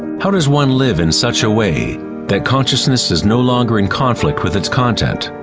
how does one live in such a way that consciousness is no longer in conflict with its content?